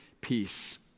peace